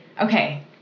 Okay